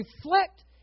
reflect